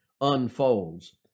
unfolds